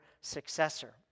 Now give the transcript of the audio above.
successor